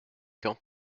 quand